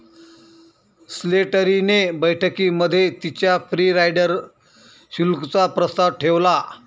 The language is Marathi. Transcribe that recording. स्लेटरी ने बैठकीमध्ये तिच्या फ्री राईडर शुल्क चा प्रस्ताव ठेवला